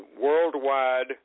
worldwide